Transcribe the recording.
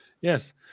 Yes